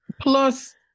plus